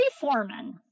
foreman